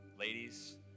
Ladies